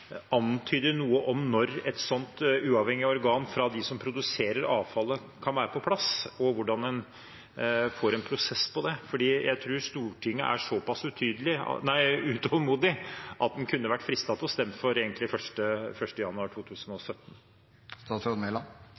noe om når et sånt uavhengig organ fra dem som produserer avfallet, kan være på plass, og hvordan man får en prosess på det? Jeg tror at Stortinget er såpass utålmodig at en kunne vært fristet til å stemme for